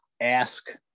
ask